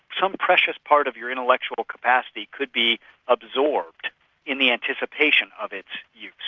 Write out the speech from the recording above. some precious part of your intellectual capacity could be absorbed in the anticipation of its use.